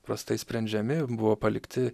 prastai sprendžiami buvo palikti